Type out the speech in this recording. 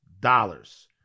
Dollars